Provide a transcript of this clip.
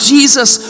Jesus